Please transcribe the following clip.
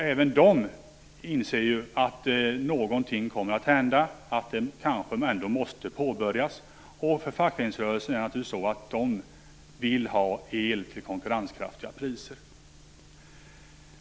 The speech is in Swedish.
Även de inser ju att någonting kommer att hända och att detta kanske ändå måste påbörjas. Fackföreningsrörelsen vill naturligtvis ha el till konkurrenskraftiga priser.